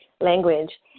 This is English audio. language